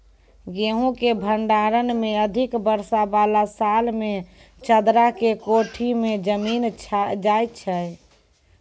गेहूँ के भंडारण मे अधिक वर्षा वाला साल मे चदरा के कोठी मे जमीन जाय छैय?